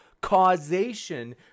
causation